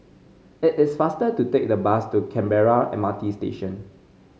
it is faster to take the bus to Canberra M R T Station